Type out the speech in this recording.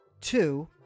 two